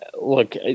look